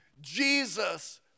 Jesus